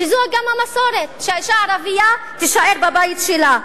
שזו גם המסורת, שהאשה הערבייה תישאר בבית שלה.